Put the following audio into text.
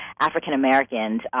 african-americans